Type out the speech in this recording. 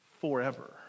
forever